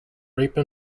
rape